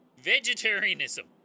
vegetarianism